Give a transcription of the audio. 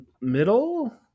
middle